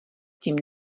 tím